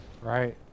right